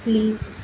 please